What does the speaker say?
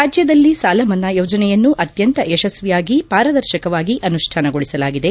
ರಾಜ್ಯದಲ್ಲಿ ಸಾಲ ಮನ್ನಾ ಯೋಜನೆಯನ್ನು ಅತ್ಯಂತ ಯಶಸ್ವಿಯಾಗಿ ಪಾರದರ್ಶಕವಾಗಿ ಅನುಷ್ಠಾನಗೊಳಿಸಲಾಗಿದೆ